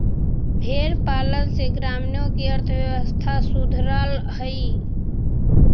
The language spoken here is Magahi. भेंड़ पालन से ग्रामीणों की अर्थव्यवस्था सुधरअ हई